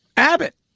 Abbott